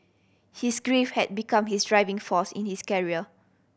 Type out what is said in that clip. his grief had become his driving force in his carrier